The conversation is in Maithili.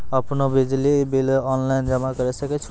आपनौ बिजली बिल ऑनलाइन जमा करै सकै छौ?